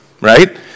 right